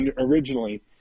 originally